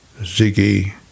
Ziggy